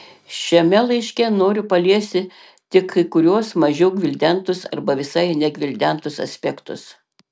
šiame laiške noriu paliesti tik kai kuriuos mažiau gvildentus arba visai negvildentus aspektus